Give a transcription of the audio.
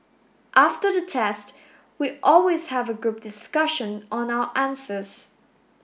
after the test we always have a group discussion on our answers